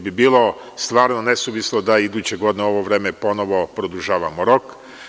Bilo bi stvarno ne suvisno da iduće godine u ovo vreme ponovo produžavamo rok.